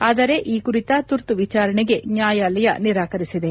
ಆದರೆ ಈ ಕುರಿತ ತುರ್ತು ವಿಚಾರಣೆಗೆ ನ್ನಾಯಾಲಯ ನಿರಾಕರಿಸಿದೆ